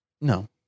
No